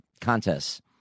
contests